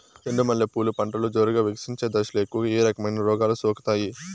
చెండు మల్లె పూలు పంటలో జోరుగా వికసించే దశలో ఎక్కువగా ఏ రకమైన రోగాలు సోకుతాయి?